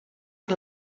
per